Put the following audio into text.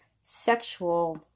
sexual